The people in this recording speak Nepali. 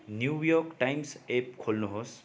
न्यु योर्क टाइम्स एप्प खोल्नुहोस्